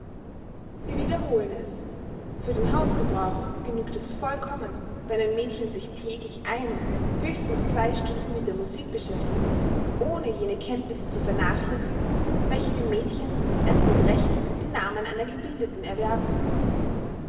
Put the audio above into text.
wir wiederholen es für den hausgebrauch genügt es vollkommen wenn ein mädchen sich täglich eine höchstens zwei stunden mit der musik beschäftigt ohne jene kenntnisse zu vernachlässigen welche dem mädchen erst mit recht den namen einer gebildeten erwerben